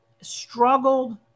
Struggled